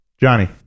Johnny